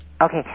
Okay